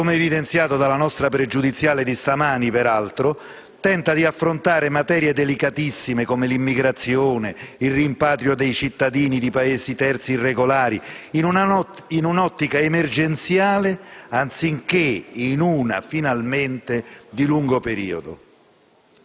come evidenziato nella nostra questione pregiudiziale di stamani, tenta di affrontare materie delicatissime come l'immigrazione e il rimpatrio di cittadini di Paesi terzi irregolari in un'ottica emergenziale, anziché in una visione finalmente di lungo periodo.